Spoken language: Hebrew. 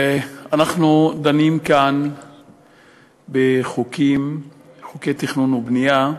אנחנו דנים כאן בחוקי תכנון ובנייה,